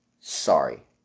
Sorry